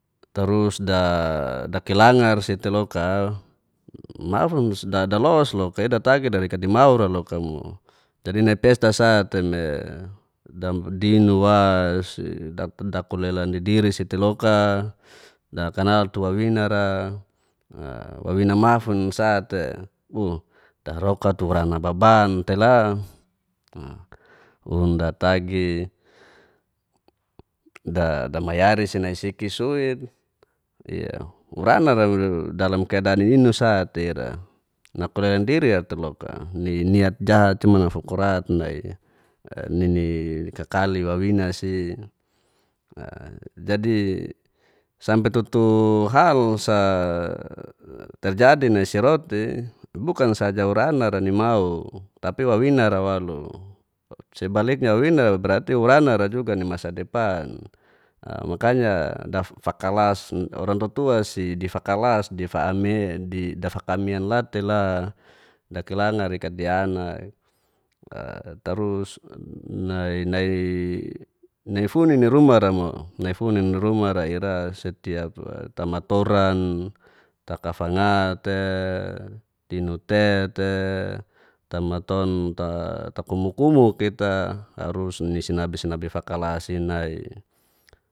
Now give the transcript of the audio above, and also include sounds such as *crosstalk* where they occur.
Tarus *hesitation* dakelangarsi te loka na'funsi dadalos loka'i datagi darikat dimaura loka mo jadi nai *unintelligible* dinuwasi dakolelan didirisiti loka, dakanal tuwawinara wawina ma'fun sa te *unintelligible* tarokat turana baban te la undatagi damayarisi nai sikisuin uranara *unintelligible* niniat jahat cumana fukurat nai nini kakali wawinasi *hesitation* jadi sampi tutu hal sa *hesitation* terjadi nai soia roti bukan saja urana ranimau tapi wainara walu, sebaliknya wawina berarti urana rajugani masa depan, makanya daffakalas orang tutuasi difakalas *unintelligible* dafakamianla te la dakelangarikat dia ana, *hesitation* tarus nai funi nirumahra mo naifuni nirumara ira setiap tamatoran takafanga te dinute te tamaton takumu-kumu kita harusni sinabi-sinabi fakalasi nai.